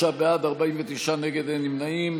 23 בעד, 49 נגד, אין נמנעים.